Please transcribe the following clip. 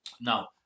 Now